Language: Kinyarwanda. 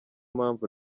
mpamvu